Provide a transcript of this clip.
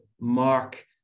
mark